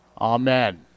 Amen